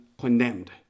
condemned